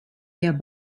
der